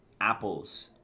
apples